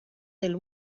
del